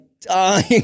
dying